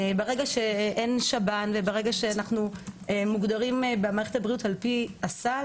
ברגע שאין שב"ן וברגע שאנחנו מוגדרים במערכת הבריאות על פי הסל